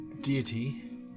deity